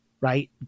right